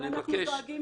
-- ואנחנו דואגים